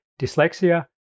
dyslexia